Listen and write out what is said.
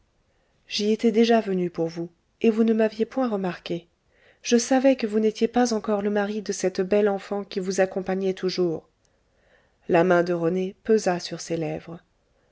j'y étais déjà venue pour vous et vous ne m'aviez point remarquée je savais que vous n'étiez pas encore le mari de cette belle enfant qui vous accompagnait toujours la main de rené pesa sur ses lèvres